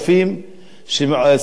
שסובלים מאותו מעמד.